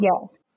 Yes